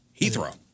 Heathrow